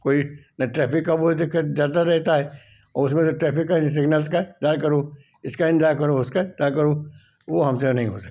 कोई न ट्रैफिक का वो दिक्कत ज्यादा रहता है और उसमें से ट्रैफिक का सिग्नल्स का इंतजार करो इसका इन्तजार करो उसका इंतजार करो वो हमसे नहीं हो सकता